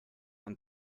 und